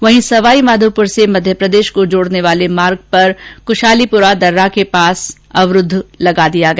वहीं सवाईमाधोपुर से मध्यप्रदेश को जोड़ने वाले मार्ग भी कुशालीपुरा दर्रा के पास अवरूद्व कर दिया गया